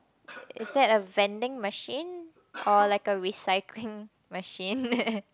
is that a vending machine or like a recycling machine